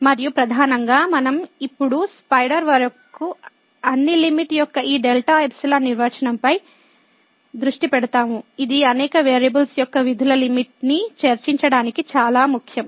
మరియు ప్రధానంగా మనం ఇప్పుడు లిమిట్ యొక్క ఈ డెల్టా ఎప్సిలాన్ నిర్వచనంపై దృష్టి పెడతాము ఇది అనేక వేరియబుల్స్ యొక్క విధుల లిమిట్ ని చర్చించడానికి చాలా ముఖ్యం